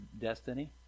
destiny